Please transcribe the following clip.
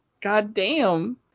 goddamn